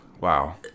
Wow